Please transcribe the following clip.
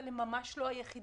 אבל הם ממש לא היחידים.